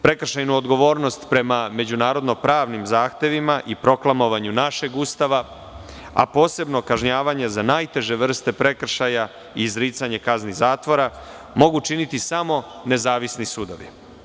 Prekršajnu odgovornost prema međunarodno pravnim zahtevima i proklamovanju našeg Ustava, a posebno kažnjavanje za najteže vrste prekršaja i izricanja kazni zatvora mogu učiniti samo nezavisni sudovi.